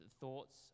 thoughts